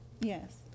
Yes